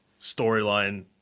storyline